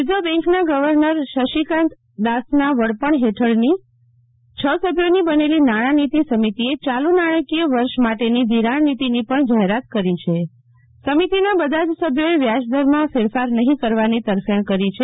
reserve બેંકના governor Shaktikanta દાસના વડપણ હેઠળની છ સભ્યોની બનેલી નાણાંનીતી સમિતિએ યાલુ નાણાંકીય વર્ષ માટેની ઘિરાણ નીતિ ની પણ જાહરાત કરી છે સમિતિના બધા જ સભ્યો એ વ્યાજદર માં ફેરફાર નહિ કરવાની તરફેણ કરી છે